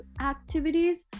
activities